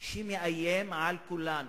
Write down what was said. שמאיים על כולם.